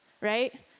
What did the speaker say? right